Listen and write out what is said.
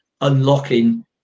unlocking